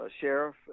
sheriff